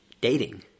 dating